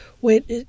Wait